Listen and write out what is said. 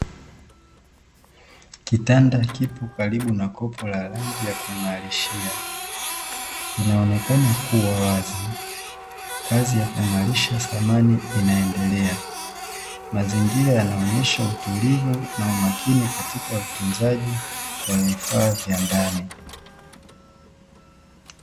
Kitanda kipo karibu na kopo la rangi ya kung'arishia, inaonekana kuwa wazi, kazi ya kuing'arisha thamani inaendelea. Mazingira yanaonyesha utulivu na umakini katika utunzaji wa vifaa vya ndani.